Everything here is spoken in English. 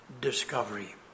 discovery